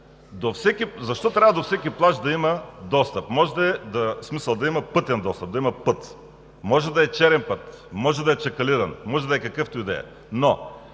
защо трябва до всеки плаж да има пътен достъп, да има път? Може да е черен път, може да е чакълиран, може да е какъвто и да е,